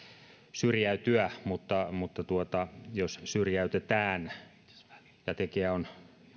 syrjäytyä mutta mutta jos syrjäytetään ja tekijä on